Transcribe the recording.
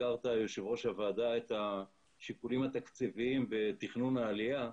הזכרת יושב ראש הוועדה את השיקולים התקציביים בתכנון העלייה.